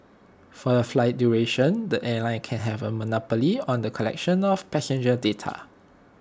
for the flight duration the airline can have A monopoly on the collection of passenger data